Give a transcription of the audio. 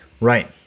Right